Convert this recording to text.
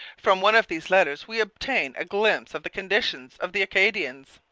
from one of these letters we obtain a glimpse of the conditions of the acadians